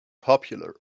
popular